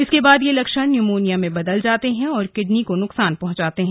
इसके बाद ये लक्षण न्यूमोनिया में बदल जाते हैं और किडनी को नुकसान पहुंचाते हैं